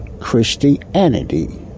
Christianity